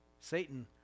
Satan